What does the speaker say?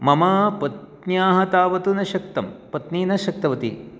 मम पत्न्याः तावत् न शक्तं पत्नी न शक्तवती